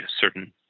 certain